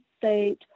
state